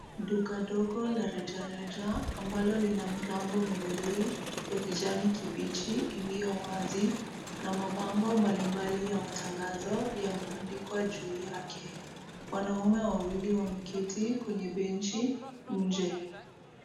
Duka dogo la reja reja, ambalo lina milango miwili ya kijani kibichi iliyo wazi na mabango mbalimbali ya matangazo yamebandikwa juu yake. Wanaume wawili wameketi kwenye benchi nje.